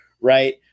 right